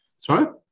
Sorry